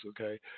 okay